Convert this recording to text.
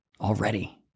already